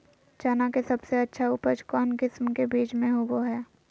चना के सबसे अच्छा उपज कौन किस्म के बीच में होबो हय?